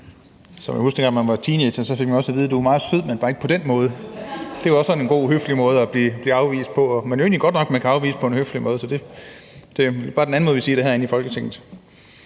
Man husker, at dengang man var teenager, fik man også at vide, at man var meget sød, men bare ikke på den måde. Det var også sådan en god, høflig måde at blive afvist på, og det er jo egentlig godt nok, at man kan afvise på en høflig måde; det er bare en anden måde, vi siger det på, herinde i Folketinget.